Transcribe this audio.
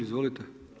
Izvolite.